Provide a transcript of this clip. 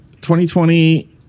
2020